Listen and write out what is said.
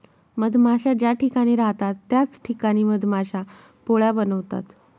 मधमाश्या ज्या ठिकाणी राहतात त्याच ठिकाणी मधमाश्या पोळ्या बनवतात